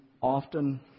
often